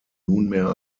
nunmehr